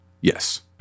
yes